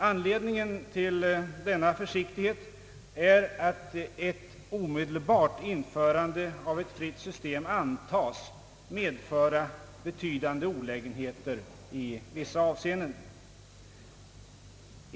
Anledningen till denna försiktighet är att ett omedelbart införande av ett fritt system antas medföra betydande olägenheter i vissa avseenden.